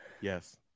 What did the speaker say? Yes